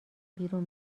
بیرون